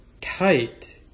tight